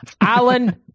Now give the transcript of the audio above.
Alan